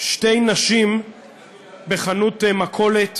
שתי נשים בחנות מכולת